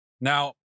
Now